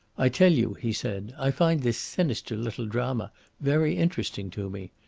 i tell you, he said, i find this sinister little drama very interesting to me.